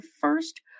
first